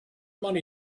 money